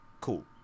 cool